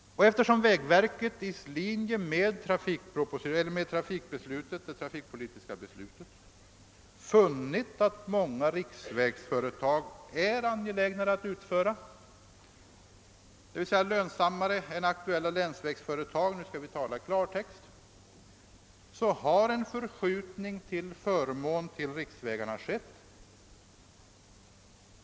Eftersom vägverket i linje med det trafikpolitiska beslutet funnit att många riksvägsföretag är angelägnare att utföra, d.v.s. lönsammare, än aktuella länsvägsföretag — nu skall vi tala klartext — har en förskjutning till förmån för riksvägarna skett.